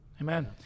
Amen